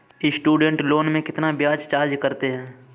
Student loan में कितना ब्याज चार्ज करते हैं?